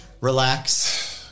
Relax